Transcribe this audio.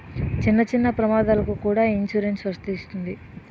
చిన్న చిన్న ప్రమాదాలకు కూడా ఈ ఇన్సురెన్సు వర్తిస్తుంది